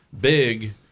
big